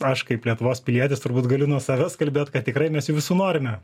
aš kaip lietuvos pilietis turbūt galiu nuo savęs kalbėt kad tikrai mes jų visų norime